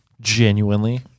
genuinely